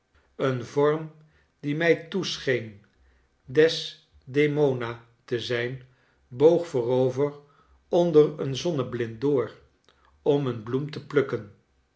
een vorm die mij toescheen desdemona te zijn boog voorover onder een zonneblind door om een bloem te plukken